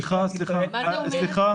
סליחה, סליחה.